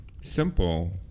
simple